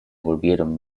volvieron